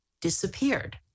disappeared